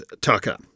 Tucker